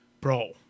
Bro